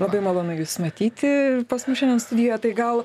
labai malonu jus matyti pas mus šindien studijoje tai gal